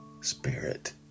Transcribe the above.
Spirit